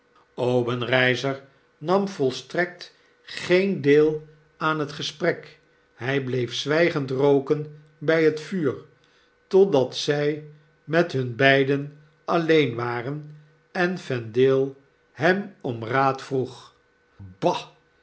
obenreizer nam volstrekt geen deel aan het gesprek hg bleef zwggend rooken by het vuur totdat zg met hun beiden alleen waren en vendale hem om raad vroeg bah